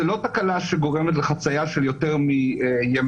זה לא תקלה שגורמת לחצייה של יותר מיממה.